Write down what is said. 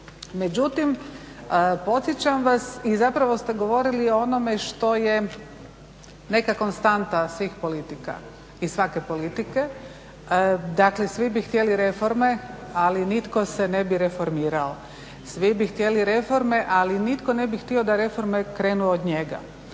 Međutim, podsjećam vas i zapravo ste govorili o onome što je neka konstanta svih politika i svake politike, dakle svi bi htjeli reforme ali nitko se ne bi reformirao. Svi bi htjeli reforme ali nitko ne bi htio da reforme krenu od njega.